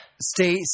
Stay